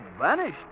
vanished